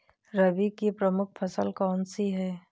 रबी की प्रमुख फसल कौन सी है?